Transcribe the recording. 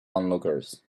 onlookers